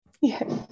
Yes